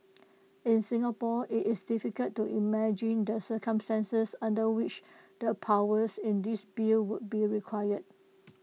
in Singapore IT is difficult to imagine the circumstances under which the powers in this bill would be required